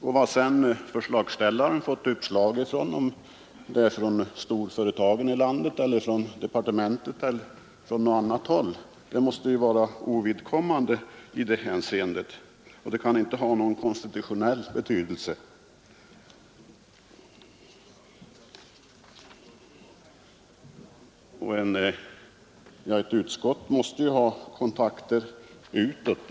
Om förslagsställaren fått sitt uppslag från ett storföretag, departement eller från något annat håll måste väl vara ovidkommande i det hänseendet. Det kan inte ha någon konstitutionell betydelse. Ett utskott måste ju ha kontakter utåt.